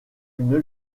une